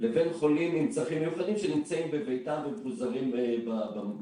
לבין חולים עם צרכים מיוחדים שנמצאים בביתם ומפוזרים במגורים,